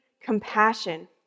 compassion